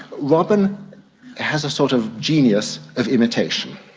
robin has a sort of genius of imitation.